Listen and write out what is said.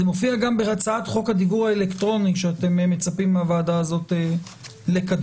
זה מופיע גם בהצעת חוק הדיוור האלקטרוני שאתם מצפים מהוועדה הזאת לקדם.